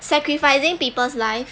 sacrificing people's life